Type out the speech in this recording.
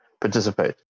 participate